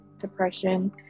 depression